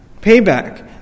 Payback